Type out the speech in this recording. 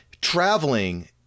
traveling